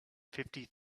fifty